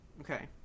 Okay